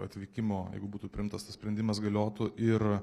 atvykimo jeigu būtų priimtas tas sprendimas galiotų ir